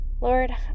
lord